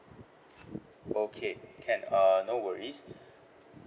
okay can uh no worries